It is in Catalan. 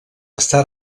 està